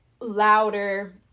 louder